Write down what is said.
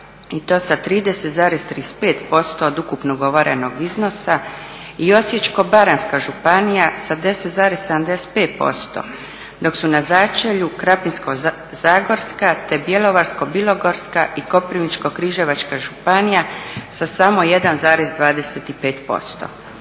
i to sa 30,35% od ukupno izgovorenog iznosa i Osječko-baranjska županija sa 10,75% dok su na začelju Krapinsko-zagorska, te Bjelovarsko-bilogorska te Koprivničko-križevačka županija sa samo 1,25%.